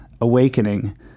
Awakening